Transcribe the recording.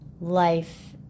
life